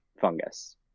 fungus